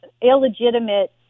illegitimate